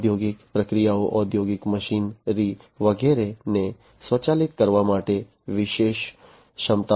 ઔદ્યોગિક પ્રક્રિયાઓ ઔદ્યોગિક મશીનરી વગેરેને સ્વચાલિત કરવા માટે વિશેષ ક્ષમતાઓ